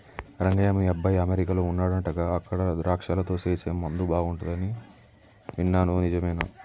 రంగయ్య మీ అబ్బాయి అమెరికాలో వుండాడంటగా అక్కడ ద్రాక్షలతో సేసే ముందు బాగుంటది అని విన్నాను నిజమేనా